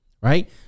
right